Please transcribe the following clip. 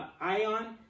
ion